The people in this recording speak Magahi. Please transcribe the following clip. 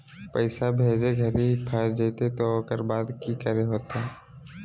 पैसा भेजे घरी फस जयते तो ओकर बाद की करे होते?